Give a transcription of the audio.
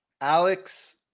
Alex